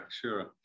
sure